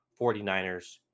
49ers